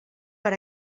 per